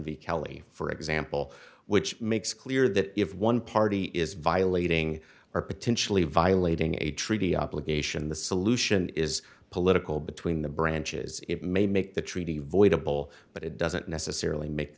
v kelly for example which makes clear that if one party is violating or potentially violating a treaty obligation the solution is political between the branches it may make the treaty avoidable but it doesn't necessarily make